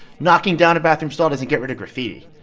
knocking down a bathroom stall doesn't get rid of graffiti,